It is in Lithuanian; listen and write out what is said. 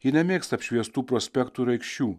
ji nemėgsta apšviestų prospektų rakščių